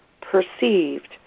perceived